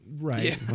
Right